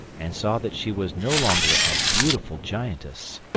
and saw that she was no longer a beautiful giantess,